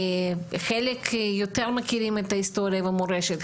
חלק יותר מכירים את ההיסטוריה והמורשת,